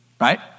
right